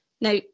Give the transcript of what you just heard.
Now